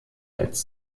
als